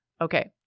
Okay